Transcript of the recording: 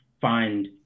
find